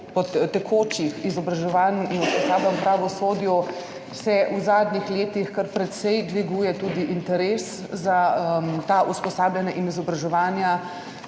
tekočih izobraževanj in usposabljanj v pravosodju v zadnjih letih kar precej dviguje tudi interes za ta usposabljanja in izobraževanja.